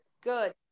Good